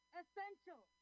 essential